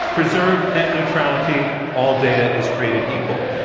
preserve net neutrality all data is created equal.